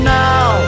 now